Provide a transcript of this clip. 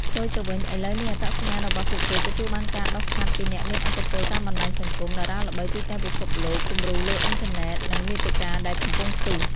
ផ្ទុយទៅវិញ ឥឡូវនេះអត្តសញ្ញាណរបស់ពួកគេទទួលបានការដុសខាត់ពីអ្នកមានឥទ្ធិពលតាមបណ្តាញសង្គម តារាល្បីទូទាំងពិភពលោក គំរូលើអ៊ីនធឺណិត និងមាតិកាដែលកំពុងផ្ទុះ។